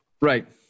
Right